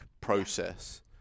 process